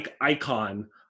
icon